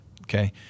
Okay